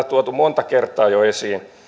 tuotu monta kertaa jo esiin